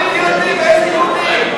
איזה יהודי?